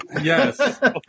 Yes